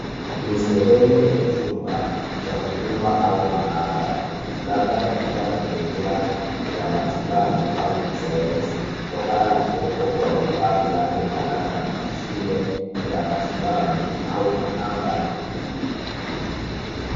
Ni sehemu ya chumba cha huduma au maabara, labda katika mazingira ya matibabu kisayansi kutokana na kuwepo kwa vifaa vinavyofanana na mashine za matibabu au maabara.